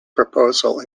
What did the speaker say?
proposal